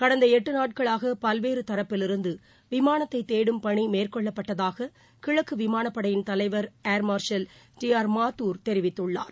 கடந்தளட்டுநாட்களாகபல்வேறுதரப்பிலுமிருந்துவிமானத்தைதேடும் பணிமேற்கொள்ளப்பட்டதாககிழக்குவிமானப்படையின் தலைவர் air marshal R D Mathur தெரிவித்துள்ளார்